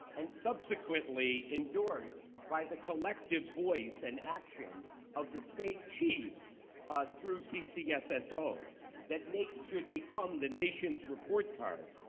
and subsequently endorsed by the collective voice and action of the state chiefs through ccsso, that so that naep should become the nation's report card.